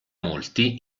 molti